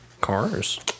Cars